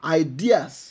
ideas